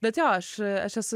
bet jo aš aš esu